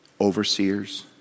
overseers